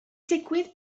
digwydd